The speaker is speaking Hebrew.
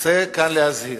רוצה להזהיר.